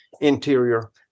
interior